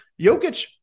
Jokic